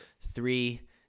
three